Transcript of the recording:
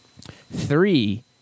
Three